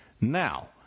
Now